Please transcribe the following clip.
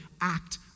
act